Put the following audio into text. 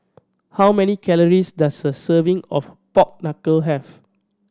how many calories does a serving of pork knuckle have